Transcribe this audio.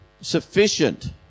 sufficient